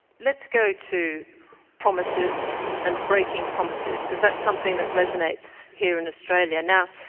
let's go to promises and breaking promises because that's something that resonates here in australia. now